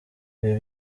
ibi